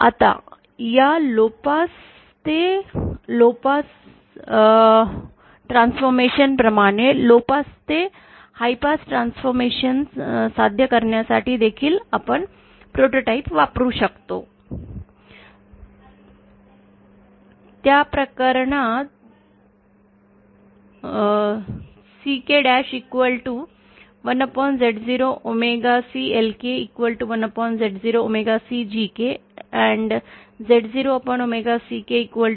आता या लोपापास ते लोपापास ट्रान्सफॉर्मेशन प्रमाणेच लोपपास ते हायपोपास ट्रान्सफॉर्मेशन साध्य करण्यासाठी देखील आपन हे प्रोटोटाइप वापरू शकतो